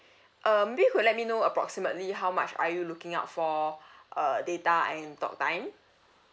uh maybe you could let me know approximately how much are you looking out for uh data and talk time